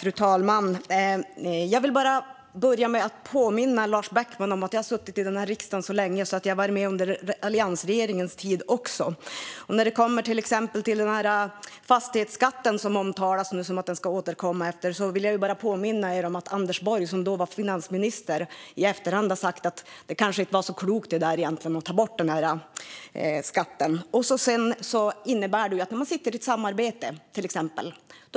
Fru talman! Jag vill börja med att påminna Lars Beckman om att jag har suttit i den här riksdagen så länge att jag har varit med under alliansregeringens tid också. Och när det kommer till fastighetsskatten, som det talas om att den ska återkomma, vill jag bara påminna er om att Anders Borg, som då var finansminister, i efterhand har sagt att det kanske inte var så klokt att ta bort den skatten. När man sitter i till exempel ett samarbete